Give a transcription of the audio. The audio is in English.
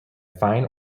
fine